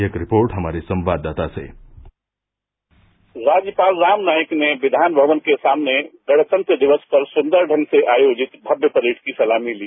एक रिपोर्ट हमारे संवाददाता से बाइट एम एस यादव राज्यपाल रामनाईक ने विधान भवन के सामने गणतंत्र दिक्स पर संदर ढंग से आयोजित भव्य परेड की सलामी ली